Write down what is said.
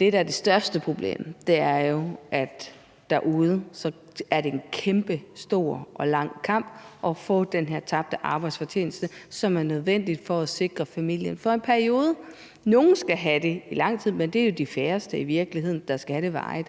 Det, der er det største problem, er jo, at det derude er en kæmpestor og lang kamp at få den her tabte arbejdsfortjeneste, som er nødvendig for at sikre familien for en periode. Nogle skal have det i lang tid, men det er jo i virkeligheden de færreste, der skal have det varigt.